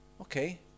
okay